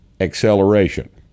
acceleration